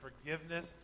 forgiveness